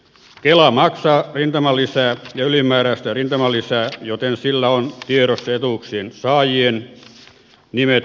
kela maksaa rintamalisää ja ylimääräistä rintamalisää joten sillä on tiedossa etuuksien saajien nimet ja osoitteet